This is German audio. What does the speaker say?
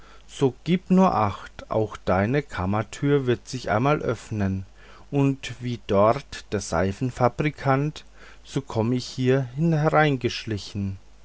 so gib nur acht auch deine kammertür wird sich einmal öffnen und wie dort der seifenfabrikant so komm ich hier